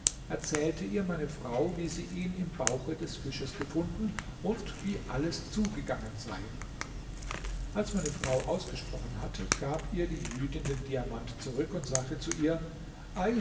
erzählte ihr meine frau wie sie ihn im bauche des fisches gefunden und wie alles zugegangen sei als meine frau ausgesprochen hatte gab ihr die jüdin den diamant zurück und sagte zu ihr